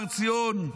הר ציון,